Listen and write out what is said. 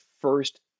first